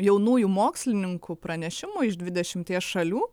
jaunųjų mokslininkų pranešimų iš dvidešimties šalių